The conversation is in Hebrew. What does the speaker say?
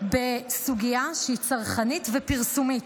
בסוגיה שהיא צרכנית ופרסומית,